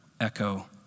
echo